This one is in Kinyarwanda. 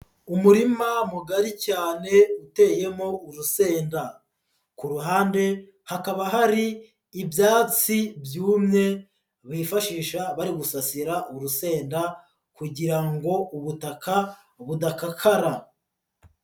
Umurima mugari cyane uteyemo urusenda, ku ruhande hakaba hari ibyatsi byumye bifashisha bari gusasira urusenda kugira ngo ubutaka budakakara.